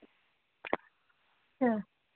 సరే